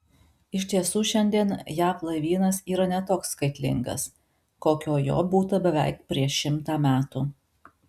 iš tiesų šiandien jav laivynas yra ne toks skaitlingas kokio jo būta beveik prieš šimtą metų